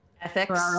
ethics